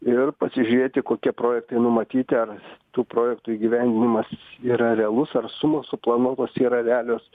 ir pasižiūrėti kokie projektai numatyti ar tų projektų įgyvendinimas yra realus ar sumos suplanuotos yra realios